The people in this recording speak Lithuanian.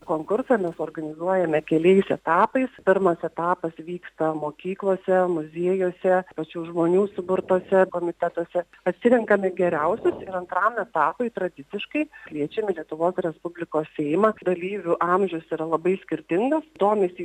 konkursą mes organizuojame keliais etapais pirmas etapas vyksta mokyklose muziejuose pačių žmonių suburtose komitetuose atsirenkame geriausius ir antram etapui tradiciškai kviečiam į lietuvos respublikos seimą dalyvių amžius yra labai skirtingas domisi